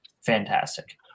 fantastic